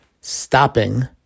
stopping